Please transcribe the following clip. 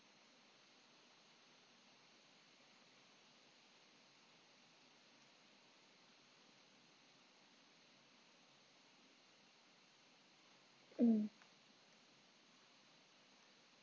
mm